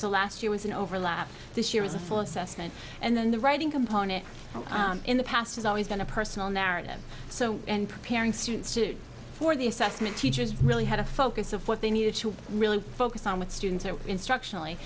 so last year was an overlap this year is a full assessment and then the writing component in the past has always been a personal narrative so and preparing students to for the assessment teachers really had a focus of what they needed to really focus on with students instruction